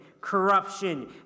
corruption